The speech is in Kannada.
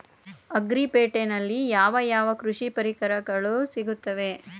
ಅಗ್ರಿ ಪೇಟೆನಲ್ಲಿ ಯಾವ ಯಾವ ಕೃಷಿ ಪರಿಕರಗಳು ಸಿಗುತ್ತವೆ?